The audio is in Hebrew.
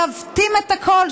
מעוותים את הקול,